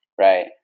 right